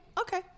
okay